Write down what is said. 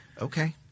Okay